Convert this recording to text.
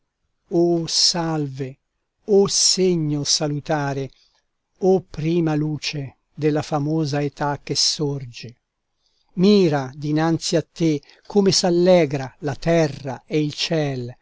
o salve o segno salutare o prima luce della famosa età che sorge mira dinanzi a te come s'allegra la terra e il ciel